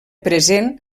present